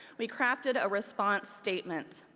we crafted a response statement.